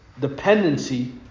dependency